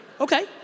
okay